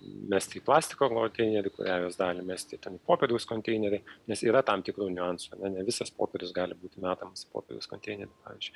mesti į plastiko konteinerį kurią jos dalį mesti ten į popieriaus konteinerį nes yra tam tikrų niuansų ar ne visas popierius gali būti metams popieriaus konteinerį pavyzdžiui